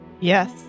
yes